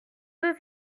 deux